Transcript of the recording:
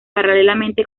paralelamente